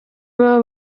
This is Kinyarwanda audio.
baba